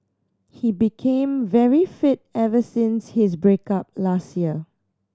he became very fit ever since his break up last year